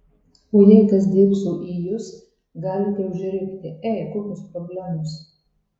o jei kas dėbso į jus galite užrikti ei kokios problemos